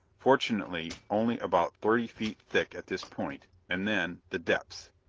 fortunately only about thirty feet thick at this point, and then the depths!